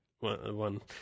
one